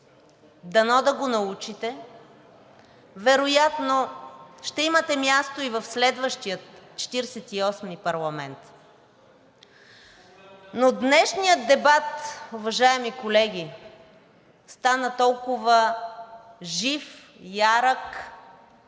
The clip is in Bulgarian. Дано да го научите, вероятно ще имате място и в следващия Четиридесет и осми парламент. Но днешният дебат, уважаеми колеги, стана толкова жив, ярък,